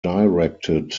directed